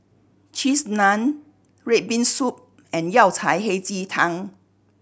Cheese Naan red bean soup and Yao Cai Hei Ji Tang